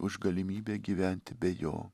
už galimybę gyventi be jo